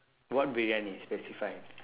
what briyani specify